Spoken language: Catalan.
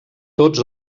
tots